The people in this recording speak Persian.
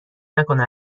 نکنه